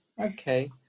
Okay